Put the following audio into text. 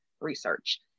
research